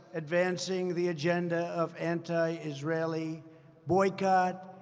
advancing the agenda of anti-israeli boycott,